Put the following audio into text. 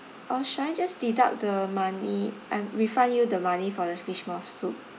or shall I just deduct the money and refund you the money for the fish maw soup